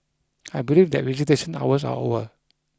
I believe that visitation hours are over